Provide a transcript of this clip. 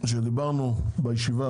שדנו בו בישיבה